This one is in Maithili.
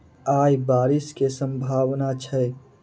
आय बारिश केँ सम्भावना छै?